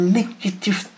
Negative